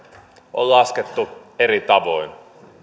on laskettu eri tavoin